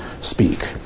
speak